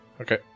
Okay